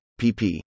pp